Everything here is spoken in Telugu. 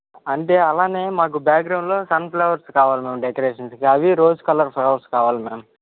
అంటే అలానే మాకు బ్యాక్గ్రౌండ్లో సన్ఫ్లవర్స్ కావాలి మ్యామ్ డెకరేషన్స్కి అవి రోజ్ కలర్ ఫ్లవర్స్ కావాలి మ్యామ్